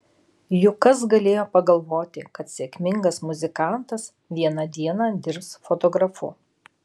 juk kas galėjo pagalvoti kad sėkmingas muzikantas vieną dieną dirbs fotografu